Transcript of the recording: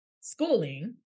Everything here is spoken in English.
schooling